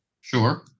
Sure